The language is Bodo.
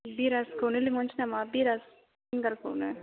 बिराजखौनो लिंहरनोसै नामा बिराजखौनो